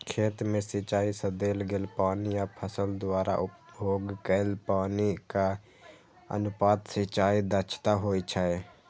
खेत मे सिंचाइ सं देल गेल पानि आ फसल द्वारा उपभोग कैल पानिक अनुपात सिंचाइ दक्षता होइ छै